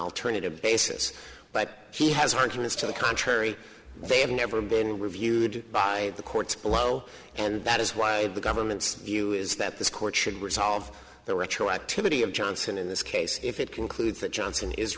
alternative basis but he has arguments to the contrary they have never been reviewed by the courts below and that is why the government's view is that this court should resolve the retroactivity of johnson in this case if it concludes that johnson is